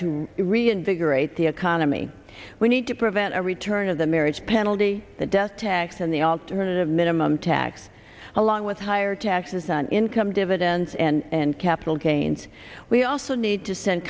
to reinvigorate the economy we need to prevent a return of the marriage penalty the death tax and the alternative minimum tax along with higher taxes on income dividends and capital gains we also need to send